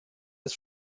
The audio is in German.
ist